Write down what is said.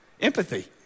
Empathy